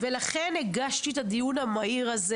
ולכן הגשתי את הדיון המהיר הזה.